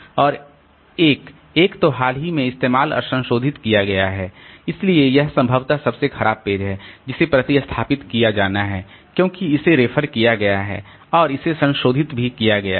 और 1 1 तो हाल ही में इस्तेमाल और संशोधित किया गया है इसलिए यह संभवतः सबसे खराब पेज है जिसे प्रतिस्थापित किया जाना है क्योंकि इसे रेफर किया गया है और इसे संशोधित भी किया गया है